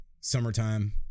summertime